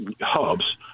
hubs